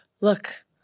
look